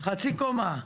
חצי קומה.